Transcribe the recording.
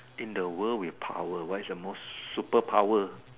in the word with power what is your most super power